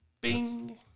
Bing